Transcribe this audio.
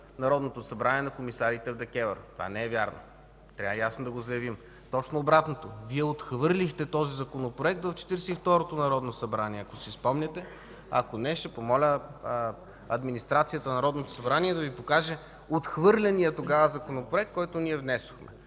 Народното събрание на комисарите в ДКЕВР. Това не е вярно! Трябва ясно да го заявим. Точно обратното! Вие отхвърлихте този законопроект в Четиридесет и второто народно събрание, ако си спомняте, а ако не, ще помоля администрацията на Народното събрание да Ви покаже отхвърления тогава законопроект, който ние внесохме.